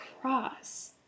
cross